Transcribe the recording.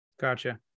Gotcha